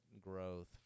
growth